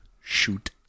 shoot